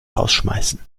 rausschmeißen